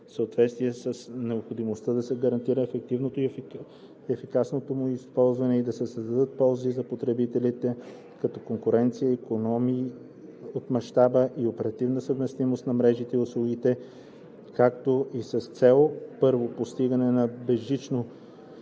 съответствие с необходимостта да се гарантира ефективното и ефикасното му използване и да се създават ползи за потребителите, като конкуренция, икономии от мащаба и оперативна съвместимост на мрежите и услугите, както и с цел: 1. постигане на безжично